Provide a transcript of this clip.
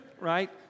right